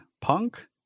punk